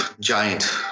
giant